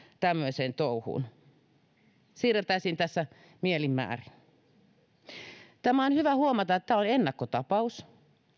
tämmöiseen touhuun siirtelisimme tässä mielin määrin on hyvä huomata että tämä on ennakkotapaus